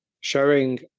showing